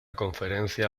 conferencia